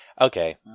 Okay